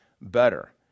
better